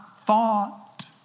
thought